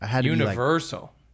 Universal